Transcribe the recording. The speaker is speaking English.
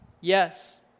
Yes